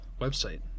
website